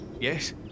Yes